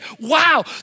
wow